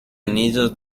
anillos